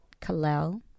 Kalel